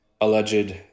alleged